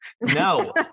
No